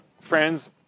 friends